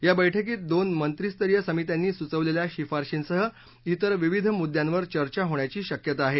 या बैठकीत दोन मंत्रीस्तरीय समित्यांनी सुचवलेल्या शिफारशींसह इतर विविध मुद्यांवर चर्चा होण्याची शक्यता आहे